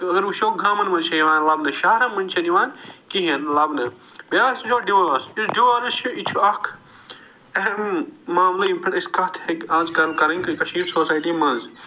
اگر وٕچھو گامن منٛز چھِ یِوان لبنہٕ شہرن منٛز چھِنہٕ یِوان کِہیٖنۍ لبنہٕ بیٛاکھ یُس وٕچھو ڈِوٲرٕس یُس ڈِوٲرٕس چھُ یہِ چھُ اکھ اہم معاملہٕ یَتھ پٮ۪ٹھ أسۍ کتھ ہیٚکہِ آز کر کَرٕنۍ کٔشیٖر سوسایٹی منٛز